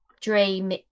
Dream